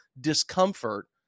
discomfort